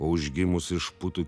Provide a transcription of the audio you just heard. o užgimus iš putų